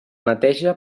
neteja